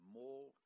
more